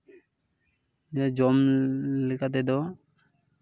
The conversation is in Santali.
ᱱᱤᱭᱟᱹ ᱡᱚᱢ ᱞᱮᱠᱟ ᱛᱮᱫᱚ